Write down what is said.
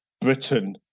Britain